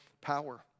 power